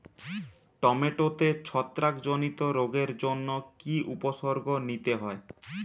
টমেটোতে ছত্রাক জনিত রোগের জন্য কি উপসর্গ নিতে হয়?